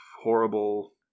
horrible